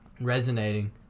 resonating